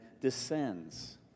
descends